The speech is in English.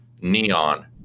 Neon